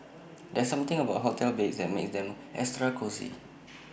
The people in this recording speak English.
there's something about hotel beds that makes them extra cosy